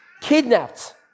kidnapped